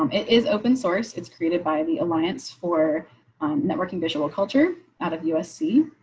um it is open source. it's created by the alliance for networking visual culture out of usc.